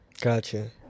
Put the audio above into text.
Gotcha